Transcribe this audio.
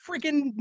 freaking